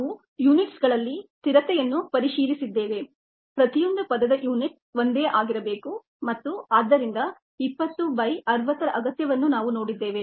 ನಾವು ಯೂನಿಟ್ಸ ಗಳಲ್ಲಿ ಸ್ಥಿರತೆಯನ್ನು ಪರಿಶೀಲಿಸಿದ್ದೇವೆ ಪ್ರತಿಯೊಂದು ಪದದ ಯೂನಿಟ್ಸ ಒಂದೇ ಆಗಿರಬೇಕು ಮತ್ತು ಆದ್ದರಿಂದ 20 ಬೈ 60 ರ ಅಗತ್ಯವನ್ನು ನಾವು ನೋಡಿದ್ದೇವೆ